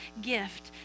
gift